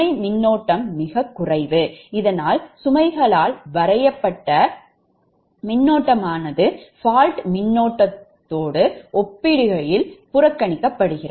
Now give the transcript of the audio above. சுமை மின்னோட்டம் மிகக் குறைவு இதனால் சுமைகளால் வரையப்பட்ட மின்னோட்டமானது fault மின்னோட்டத்துடன் ஒப்பிடுகையில் புறக்கணிக்கப்படும்